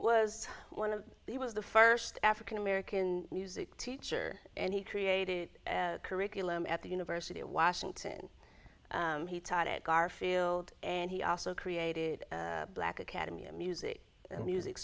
was one of he was the first african american music teacher and he created a curriculum at the university of washington he taught at garfield and he also created a black academy of music and music